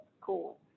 cool